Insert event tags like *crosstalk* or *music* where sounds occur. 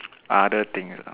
*noise* other things uh